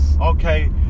Okay